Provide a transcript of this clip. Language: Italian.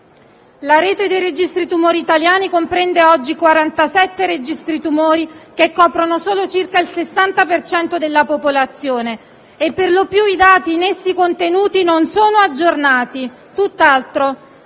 La rete dei registri tumori italiani comprende oggi 47 registri tumori che coprono solo circa il 60 per cento della popolazione e perlopiù i dati in essi contenuti non sono aggiornati,